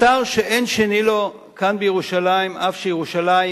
אתר שאין שני לו כאן בירושלים, אף שירושלים